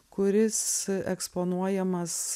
kuris eksponuojamas